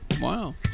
Wow